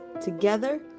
Together